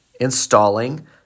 installing